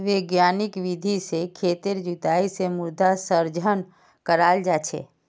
वैज्ञानिक विधि से खेतेर जुताई से मृदा संरक्षण कराल जा छे